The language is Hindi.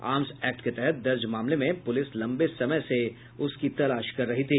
आर्म्स एक्ट के तहत दर्ज मामले में पूलिस लंबे समय से उसकी तलाश कर रही थी